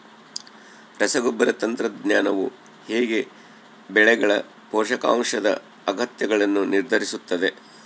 ರಸಗೊಬ್ಬರ ತಂತ್ರಜ್ಞಾನವು ಹೇಗೆ ಬೆಳೆಗಳ ಪೋಷಕಾಂಶದ ಅಗತ್ಯಗಳನ್ನು ನಿರ್ಧರಿಸುತ್ತದೆ?